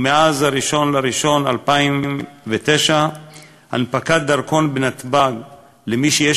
מאז 1 בינואר 2009 הנפקת דרכון בנתב"ג למי שיש